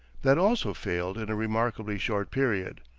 that also failed in a remarkably short period.